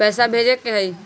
पैसा भेजे के हाइ?